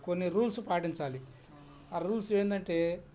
కొన్ని రూల్స్ పాటించాలి ఆ రూల్స్ ఏంటంటే